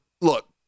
look